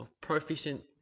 Proficient